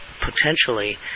potentially